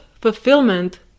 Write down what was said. fulfillment